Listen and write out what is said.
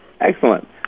Excellent